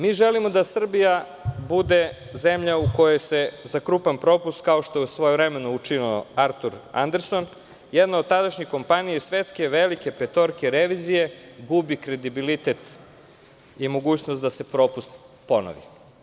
Mi želimo da Srbija bude zemlja u kojoj se za krupan propust, kao što je svojevremeno učinio Artur Anderson, jedno od tadašnjih kompanija iz svetske velike petorke revizije gubi kredibilitet i mogućnost da se propust ponovi.